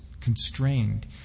constrained